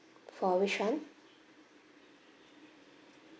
for which one